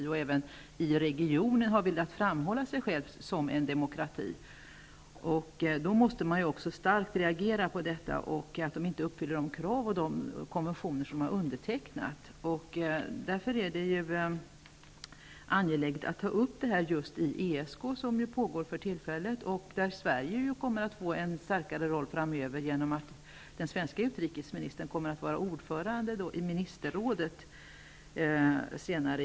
Turkiet har också i regionen velat framhålla sig självt som en demokrati. Därför måste man reagera starkt, då Turkiet inte uppfyller de krav som ställs och inte följer de konventioner som har undertecknats. Det är därför angeläget att ta upp saken i ESK som ju arbetar för tillfället. Sverige kommer också att få en större roll framöver, eftersom den svenska utrikesministern senare i år skall vara ordförande i ministerrådet.